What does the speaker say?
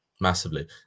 Massively